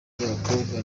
ry’abakobwa